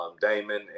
Damon